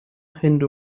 hindu